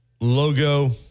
logo